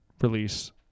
release